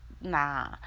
nah